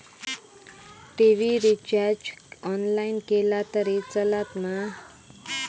TV recharge online केला तरी चलात मा?